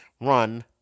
run